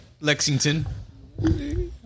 Lexington